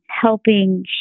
helping